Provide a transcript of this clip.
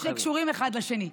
שקשורים אחד לשני.